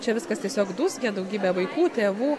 čia viskas tiesiog dūzgia daugybė vaikų tėvų